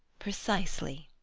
precisely.